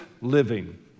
Living